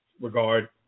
regard